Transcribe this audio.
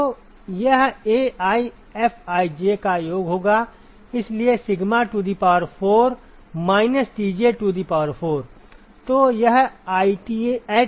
तो यह AiFij का योग होगा इसलिए सिग्मा टू दी पावर 4 माइनसTj टू दी पावर 4